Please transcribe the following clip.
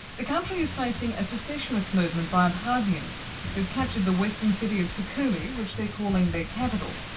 the country is facing a secessionist movement by abkhazians who've captured the western city of sukhumi which they're calling their capital.